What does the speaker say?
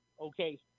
Okay